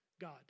God